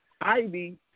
Ivy